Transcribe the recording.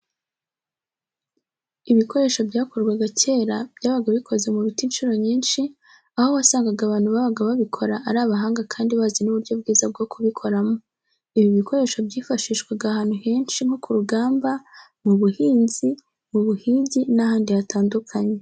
Ibikoresho byakorwaga kera byabaga bikoze mu biti incuro nyinshi, aho wasangaga abantu babaga babikora ari abahanga kandi bazi n'uburyo bwiza bwo kubikoramo. Ibi bikoresho byifashishwaga ahantu henshi nko ku rugamba, mu buhinzi, mu buhigi n'ahandi hatandukanye.